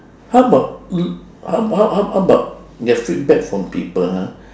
how about how how how about get feedback from people ha